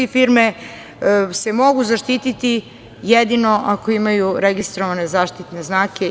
Firme se mogu zaštiti jedino ako imaju registrovane zaštitne znake.